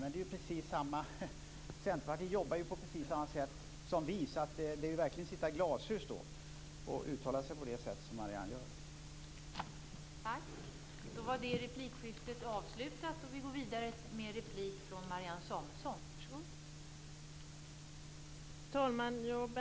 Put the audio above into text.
Men Centerpartiet jobbar ju på precis samma sätt som vi, så det är ju verkligen att kasta sten i glashus att uttala sig på det sätt som Marianne Andersson gör.